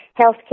healthcare